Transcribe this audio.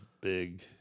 big